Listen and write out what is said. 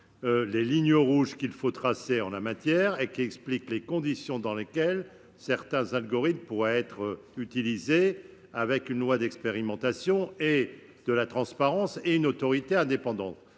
les lignes rouges qu'il faut tracer en la matière et les conditions dans lesquelles certains algorithmes pourraient être utilisés une loi d'expérimentation, des mesures de transparence et le contrôle d'une autorité indépendante.